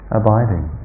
abiding